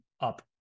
up